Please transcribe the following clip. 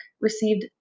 received